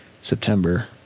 September